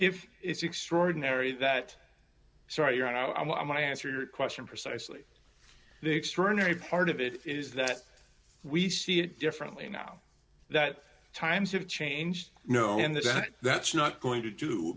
if it's extraordinary that sorry you're now i want to answer your question precisely the extraordinary part of it is that we see it differently now that times have changed knowing that that's not going to do